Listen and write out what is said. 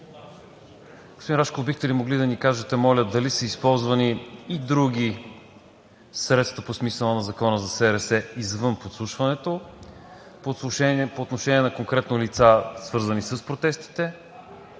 Господин Рашков, бихте ли могли да ни кажете, моля, дали са използвани и други средства по смисъла на Закона за СРС извън подслушването по отношение на конкретни лица, свързани с протестите?